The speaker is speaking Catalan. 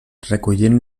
recollint